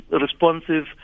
responsive